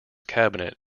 cabinet